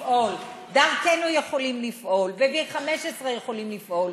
לפעול, "דרכנו" יכולים לפעול ו-15V יכולים לפעול.